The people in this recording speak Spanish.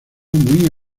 muy